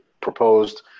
proposed